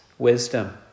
wisdom